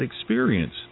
experience